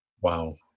Wow